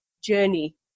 journey